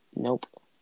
Nope